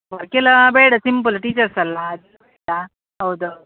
ವರ್ಕೆಲ್ಲ ಬೇಡ ಸಿಂಪಲ್ ಟೀಚರ್ಸಲ್ಲಾ ಹೌದು ಹೌದು